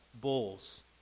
bulls